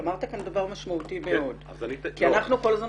אמרת כאן דבר משמעותי מאוד כי אנחנו כל הזמן